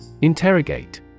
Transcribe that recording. Interrogate